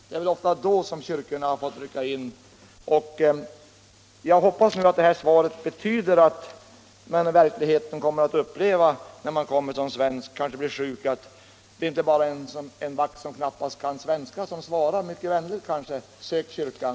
Det är väl ofta då som kyrkorna har fått rycka in. Jag hoppas nu att detta svar betyder att man t.ex. när man blivit sjuk i utlandet och kommer till ett svenskt konsulat inte bara skall mötas av en vakt, som knappast kan svenska och som svarar, om också kanske mycket vänligt: Sök kyrkan!